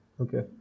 okay